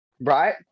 Right